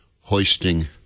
hoisting